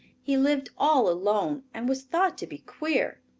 he lived all alone and was thought to be queer.